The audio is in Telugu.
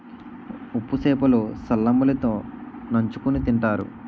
ఉప్పు సేప లు సల్లంబలి తో నంచుకుని తింతారు